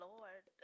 Lord